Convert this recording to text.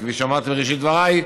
כפי שאמרתי בראשית דבריי,